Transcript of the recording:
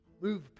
Move